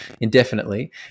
indefinitely